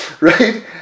right